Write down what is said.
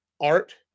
art